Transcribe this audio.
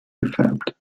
gefärbt